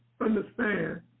understand